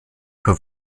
für